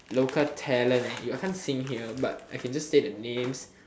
local talent I can't sing here but I can just say the names